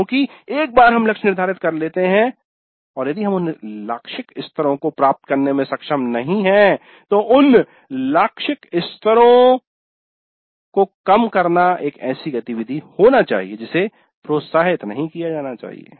क्योंकि एक बार हम लक्ष्य निर्धारित कर लेते हैं और यदि हम उन लाक्षिक स्तरों को प्राप्त करने में सक्षम नहीं हैं तो उन लक्ष्य स्तर को कम करना एक ऐसी गतिविधि होनी चाहिए जिसे प्रोत्साहित नहीं किया जाना चाहिए